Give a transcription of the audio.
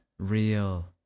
real